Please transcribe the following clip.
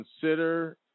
consider